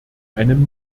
einem